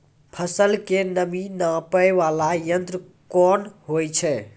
फसल के नमी नापैय वाला यंत्र कोन होय छै